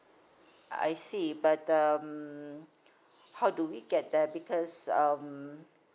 uh I see better um how do we get there because um